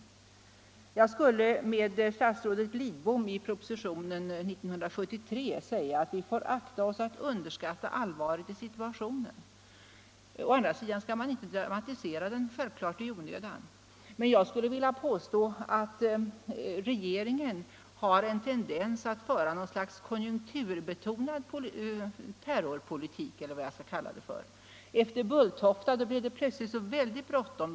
lagen Jag skulle med statsrådet Lidbom i propositionen år 1973 vilja säga att vi får akta oss för att underskatta allvaret i situationen. Å andra sidan skall man självklart inte dramatisera den i onödan. Men jag skulle vilja påstå att regeringen har en tendens att föra något slags konjunkturbetonad terrorpolitik, eller vad jag skall kalla det. Efter Bulltofta blev det plötsligt väldigt bråttom.